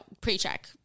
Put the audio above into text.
pre-check